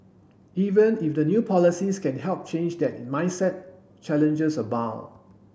even if the new policies can help change that mindset challenges abound